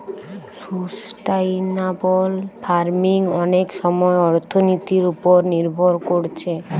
sustainable farming অনেক সময় অর্থনীতির উপর নির্ভর কোরছে